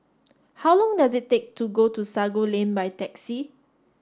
how long does it take to get to Sago Lane by taxi